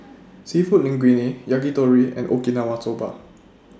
Seafood Linguine Yakitori and Okinawa Soba